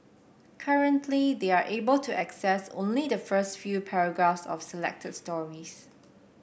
currently they are able to access only the first few paragraphs of selected stories